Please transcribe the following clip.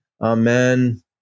Amen